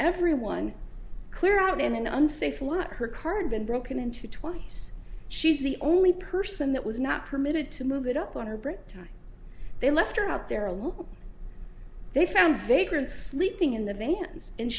everyone clear out in an unsafe lot her car been broken into twice she's the only person that was not permitted to move it up on her but they left her out there alone they found vagrant sleeping in the vans and